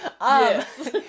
Yes